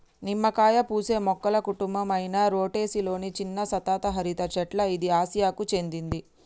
నిమ్మకాయ పూసే మొక్కల కుటుంబం అయిన రుటెసి లొని చిన్న సతత హరిత చెట్ల ఇది ఆసియాకు చెందింది